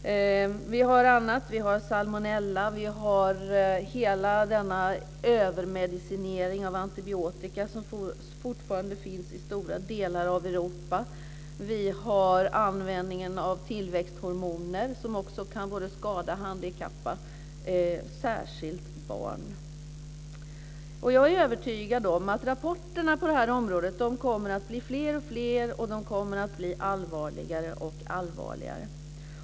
Vi har annat. Vi har salmonella. Vi har hela denna övermedicinering av antibiotika som fortfarande finns i stora delar av Europa. Vi har användningen av tillväxthormoner, som också kan både skada och handikappa, särskilt barn. Jag är övertygad om att rapporterna på det här området kommer att bli fler och fler och kommer att bli allvarligare och allvarligare.